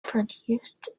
produced